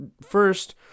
first